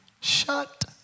shut